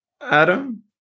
Adam